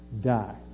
Die